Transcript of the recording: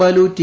Balu T